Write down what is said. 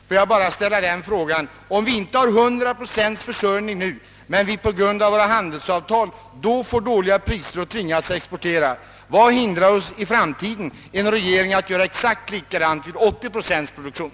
Får jag bara ställa frågan: Om vi inte har 100 procents försörjning nu men på grund av våra handelsavtal får dåliga priser och tvingas exportera — vad hindrar i framtiden en regering att göra exakt likadant vid 80 procents produktion?